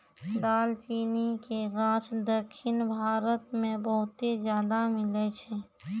दालचीनी के गाछ दक्खिन भारत मे बहुते ज्यादा मिलै छै